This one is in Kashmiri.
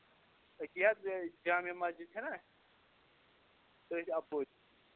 أتی حظ یہِ جامع مَسجد چھَنہ تٔتھۍ اَپوزِٹ